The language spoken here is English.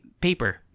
paper